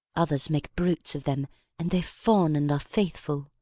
others make brutes of them and they fawn and are faithful.